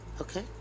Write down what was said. Okay